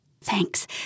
Thanks